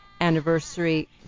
anniversary